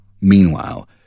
Meanwhile